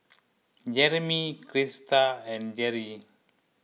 Jereme Crysta and Gerri